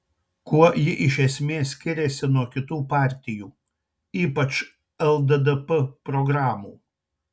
kuo ji iš esmės skiriasi nuo kitų partijų ypač lddp programų